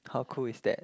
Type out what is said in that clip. how cool is that